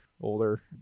older